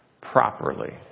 Properly